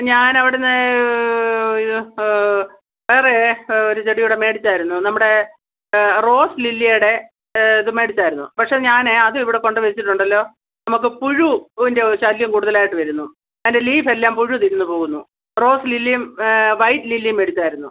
ഞാനവിടുന്ന് ഇത് വേറെ ഒരു ചെടിയൂടെ മേടിച്ചായിരുന്നു നമ്മുടെ റോസ് ലില്ലീടെ ഇത് മേടിച്ചായിരുന്നു പക്ഷെ ഞാൻ അത് ഇവിടെ കൊണ്ട് വെച്ചിട്ടുണ്ടല്ലോ നമുക്ക് പുഴു ന്റെ ഒരു ശല്യം കൂടുതലായിട്ട് വരുന്നു അതിന്റെ ലീഫ് എല്ലാം പുഴു തിന്നുപോകുന്നു റോസ് ലില്ലിയും വൈറ്റ് ലില്ലീം മേടിച്ചായിരുന്നു